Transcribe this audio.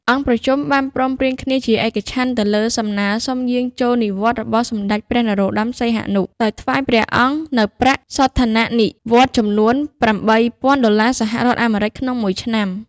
អង្គប្រជុំបានព្រមព្រៀងគ្នាជាឯកច្ឆន្ទទៅលើសំណើសុំយាងចូលនិវត្តន៍របស់ សម្តេចព្រះ នរោត្តម សីហនុ ដោយថ្វាយព្រះអង្គនូវប្រាក់សោធននិវត្តន៍ចំនួន៨ពាន់ដុល្លារសហរដ្ឋអាមេរិកក្នុងមួយឆ្នាំ។